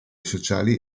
sociali